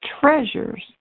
treasures